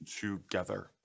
together